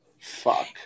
fuck